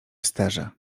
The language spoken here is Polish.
sterze